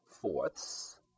fourths